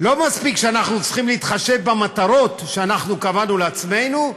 לא מספיק שאנחנו צריכים להתחשב במטרות שאנחנו קבענו לעצמנו,